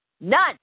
None